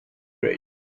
bridge